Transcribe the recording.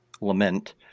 lament